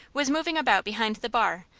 was moving about behind the bar,